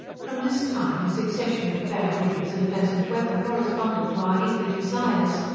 from this time a succession of fair winds and pleasant weather corresponded to our eager desires,